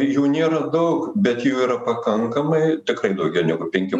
jų nėra daug bet jų yra pakankamai tikrai daugiau negu penki